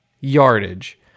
yardage